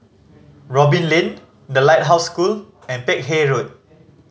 Robin Lane The Lighthouse School and Peck Hay Road